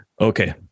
Okay